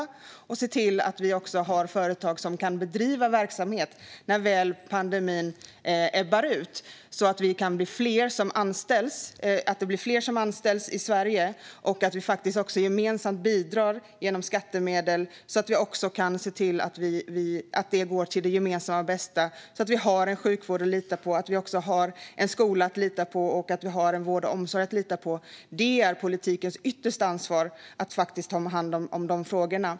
Vi måste se till att vi har företag som kan bedriva verksamhet när pandemin väl ebbar ut, så att fler kan anställas i Sverige. Då kan vi också gemensamt bidra genom skattemedel till det gemensamma bästa, så att vi har en sjukvård att lita på, en skola att lita på och vård och omsorg att lita på. Det är politikens yttersta ansvar att ta hand om de frågorna.